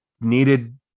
needed